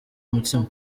umutsima